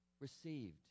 received